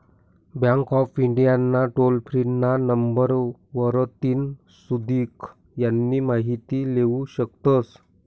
bank of India ना toll free ना number वरतीन सुदीक यानी माहिती लेवू शकतस